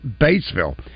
Batesville